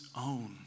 own